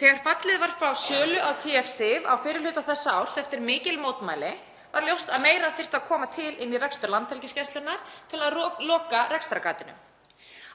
Þegar fallið var frá sölu á TF-Sif á fyrri hluta þessa árs eftir mikil mótmæli var ljóst að meira þyrfti að koma til inn í rekstur Landhelgisgæslunnar til að loka rekstrargatinu.